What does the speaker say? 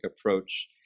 approach